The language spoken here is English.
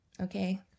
okay